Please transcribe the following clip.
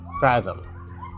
fathom